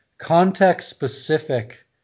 context-specific